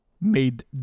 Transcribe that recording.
made